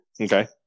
Okay